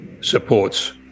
supports